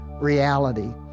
reality